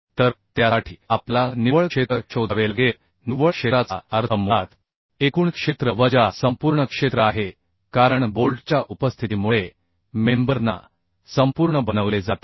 तर त्यासाठी आपल्याला निव्वळ क्षेत्र शोधावे लागेल निव्वळ क्षेत्राचा अर्थ मुळात एकूण क्षेत्र वजा संपूर्ण क्षेत्र आहे कारण बोल्टच्या उपस्थितीमुळे मेंबर ना संपूर्ण बनवले जाते